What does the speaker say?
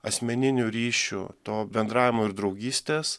asmeninių ryšių to bendravimo ir draugystės